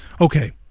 Okay